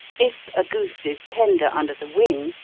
if a goose is tender under the wing,